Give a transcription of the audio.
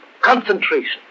concentration